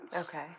Okay